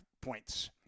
points